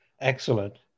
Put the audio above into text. Excellent